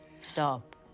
Stop